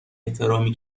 احترامی